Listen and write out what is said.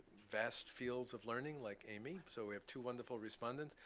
vast fields of learning like amy, so we have two wonderful respondents.